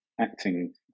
acting